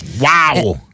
Wow